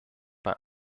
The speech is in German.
bei